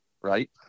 right